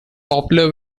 popular